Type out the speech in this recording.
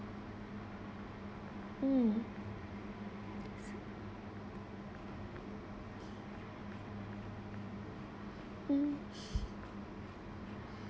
mm mm